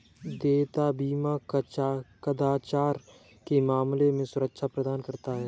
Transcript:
देयता बीमा कदाचार के मामले में सुरक्षा प्रदान करता है